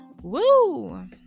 Woo